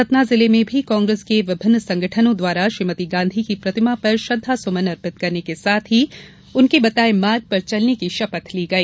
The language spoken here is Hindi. सतना जिले में भी कांग्रेस के विभिन्न संगठनों द्वारा श्रीमती गांधी की प्रतिमा पर श्रद्वासुमन अर्पित करने के साथ ही उनके बताये मार्ग पर चलने की शपथ ली गई